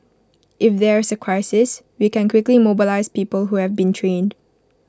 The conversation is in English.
if there's A crisis we can quickly mobilise people who have been trained